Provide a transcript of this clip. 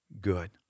good